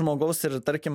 žmogaus ir tarkim